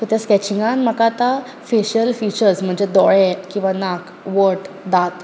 so ते स्कॅचिंगांत म्हाका आतां फेशियल फिचर्ज म्हणचे दोळे किंवा नाक वोंट दांत